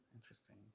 interesting